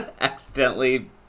accidentally